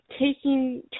taking